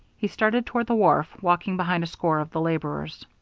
he started toward the wharf, walking behind a score of the laborers.